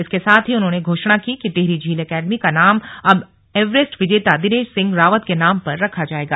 इसके साथ ही उन्होंने घोषणा की कि टिहरी झील एकेडमी का नाम अब एवरेस्ट विजेता दिनेश सिंह रावत के नाम पर रखा जाएगा